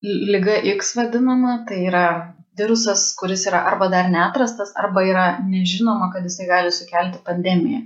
liga iks vadinama tai yra virusas kuris yra arba dar neatrastas arba yra nežinoma kad jisai gali sukelti pandemiją